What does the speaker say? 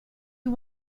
you